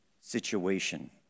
situation